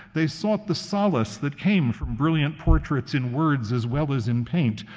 they sought the solace that came from brilliant portraits in words, as well as in paint,